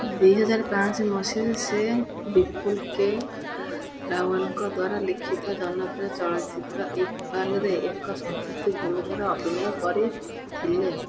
ଦୁଇହଜାର ପାଞ୍ଚ ମସିହାରେ ସେ ବିପୁଲ୍ କେ ରାୱଲ୍ଙ୍କ ଦ୍ୱାରା ଲିଖିତ ଜନପ୍ରିୟ ଚଳଚ୍ଚିତ୍ର ଇକବାଲରେ ଏକ ସଂକ୍ଷିପ୍ତ ଭୂମିକାରେ ଅଭିନୟ କରିଥିଲେ